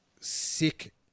sick